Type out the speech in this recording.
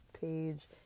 page